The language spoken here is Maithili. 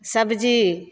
सबजी